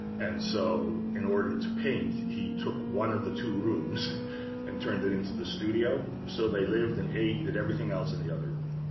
and so in order to paint, he took one of the two rooms and turned it into the studio. so they lived and ate and did everything else in the other room.